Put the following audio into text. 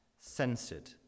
censored